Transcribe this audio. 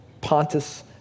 Pontus